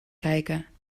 kijken